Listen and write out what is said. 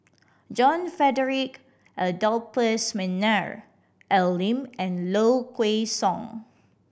John Frederick Adolphus McNair Al Lim and Low Kway Song